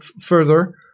further